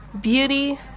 Beauty